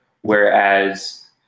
whereas